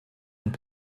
und